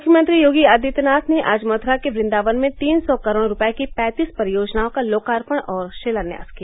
मुख्यमंत्री योगी आदित्यनाथ ने आज मथ्रा के वृदावन में तीन सौ करोड़ रूपये की पैंतीस परियोजनाओं का लोकार्पण और रिालान्यास किया